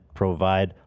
provide